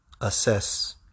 assess